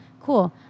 cool